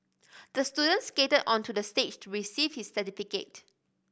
the student skated onto the stage to receive his certificate